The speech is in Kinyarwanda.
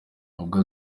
ubwo